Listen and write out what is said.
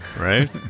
right